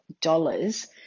dollars